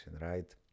right